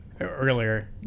earlier